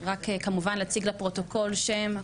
רק כמובן להציג לפרוטוקול שם,